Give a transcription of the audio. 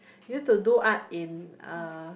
use to do art in uh